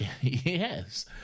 yes